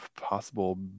possible